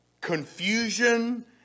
confusion